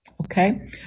Okay